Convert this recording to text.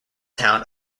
town